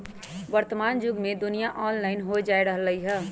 वर्तमान जुग में दुनिया ऑनलाइन होय जा रहल हइ